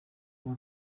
kuwa